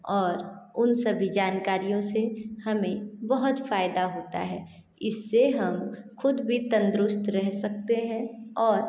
और उन सभी जानकारियों से हमें बहुत फ़ायदा होता है इससे हम खुद भी तंदुरुस्त रह सकते हैं और